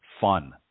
fun